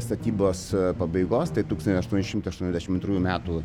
statybos pabaigos tai tūkstantis aštuoni šimtai aštuoniasdešimt antrųjų metų